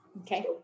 Okay